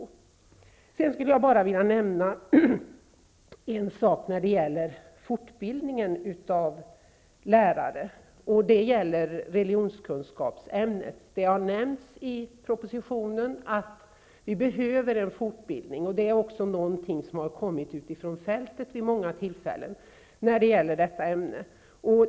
Till sist vill jag bara nämna en sak när det gäller fortbildning av lärare i framför allt religionskunskapsämnet. Det har nämnts i propositionen att det behövs en fortbildning, och det är en önskan som vid många tillfällen har uttryckts från fältet.